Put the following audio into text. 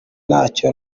ntacyo